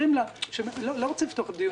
אני לא רוצה לפתוח דיון.